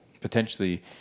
potentially